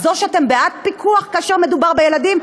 אז או שאתם בעד פיקוח כאשר מדובר בילדים,